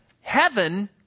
Heaven